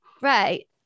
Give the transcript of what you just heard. Right